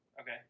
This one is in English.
Okay